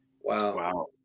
Wow